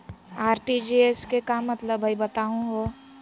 RTGS के का मतलब हई, बताहु हो?